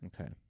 Okay